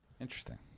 Interesting